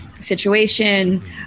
situation